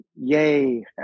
Yay